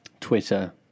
Twitter